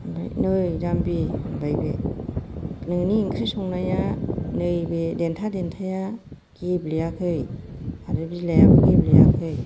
ओमफ्राय नै जाम्बि होनबाय बे नोंनि ओंख्रि संनाया नैबे देन्था देन्थाया गेब्लेयाखै आरो बिलाइयाबो गेब्लेयाखै